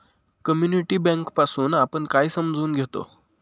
Community bank पासुन आपण काय समजून घेतो?